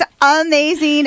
amazing